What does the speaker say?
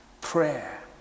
prayer